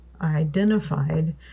identified